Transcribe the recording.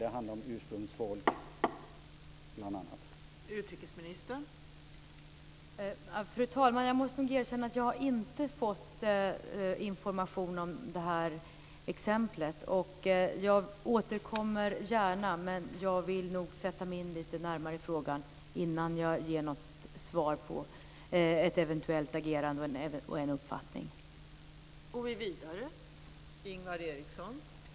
Det handlar om ursprungsfolk, bl.a.